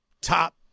top